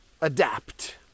adapt